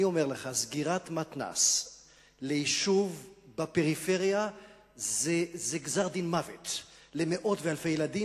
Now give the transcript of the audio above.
שסגירת מתנ"ס ליישוב בפריפריה זה גזר-דין מוות למאות ולאלפי ילדים.